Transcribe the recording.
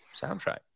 soundtrack